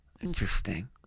Interesting